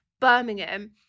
Birmingham